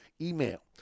email